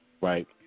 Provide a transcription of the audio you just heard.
Right